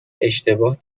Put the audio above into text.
اشتباه